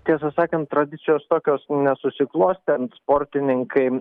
tiesą sakant tradicijos tokios nesusiklostė sportininkai